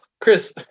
Chris